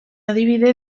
adibide